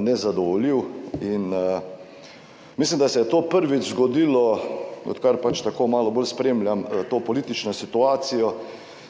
(nadaljevanje) in mislim, da se je to prvič zgodilo odkar tako malo bolj spremljam to politično situacijo,